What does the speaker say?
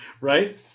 right